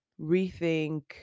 rethink